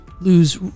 lose